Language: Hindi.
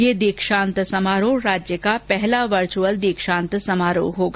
यह दीक्षांत समारोह राज्य का पहला वर्चुअल दीक्षांत समारोह होगा